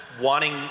wanting